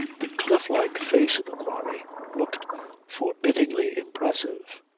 the cliff-like face of the quarry looked forbiddingly impressive.